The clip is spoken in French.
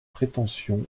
prétention